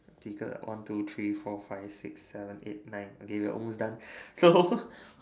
几个 one two three four five six seven eight nine okay we're almost done so